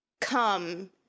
come